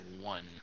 one